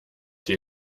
die